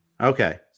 Okay